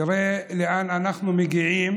תראה לאן אנחנו מגיעים: